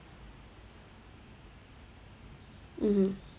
mmhmm